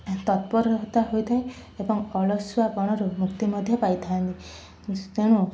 ତତ୍ପରତା ହୋଇଥାଏ ଏବଂ ଅଳସୁଆ ପଣରୁ ମୁକ୍ତି ମଧ୍ୟ ପାଇଥାନ୍ତି ତେଣୁ